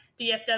DFW